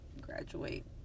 Graduate